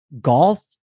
golf